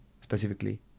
specifically